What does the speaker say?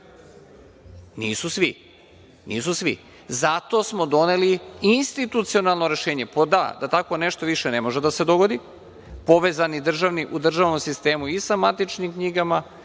godina.)Nisu svi. Zato smo doneli institucionalno rešenje. Pod a) da tako nešto ne može da se dogodi, povezani u državnom sistemu i sa matičnim knjigama